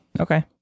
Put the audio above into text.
Okay